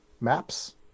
maps